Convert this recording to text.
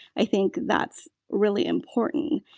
i think that's really important.